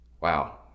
Wow